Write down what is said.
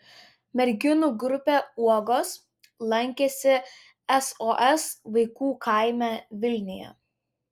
merginų grupė uogos lankėsi sos vaikų kaime vilniuje